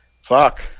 fuck